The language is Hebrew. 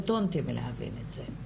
קטונתי בלהבין את זה,